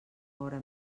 hora